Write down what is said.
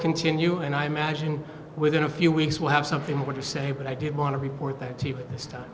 continue and i imagine within a few weeks we'll have something more to say but i did want to report that this time